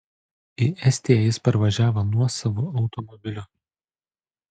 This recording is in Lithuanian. į estiją jis parvažiavo nuosavu automobiliu